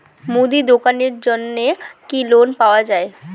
মুদি দোকানের জন্যে কি লোন পাওয়া যাবে?